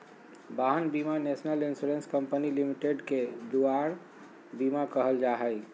वाहन बीमा national insurance company limited के दुआर बीमा कहल जाहइ